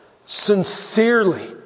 sincerely